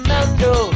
Mando